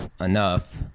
enough